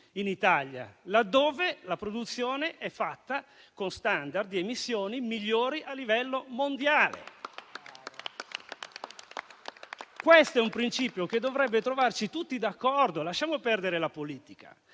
in Italia, dove la produzione è fatta con *standard* di emissioni migliori a livello mondiale. Questo è un principio che dovrebbe trovarci tutti d'accordo, lasciamo perdere la politica.